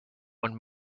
one